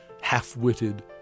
half-witted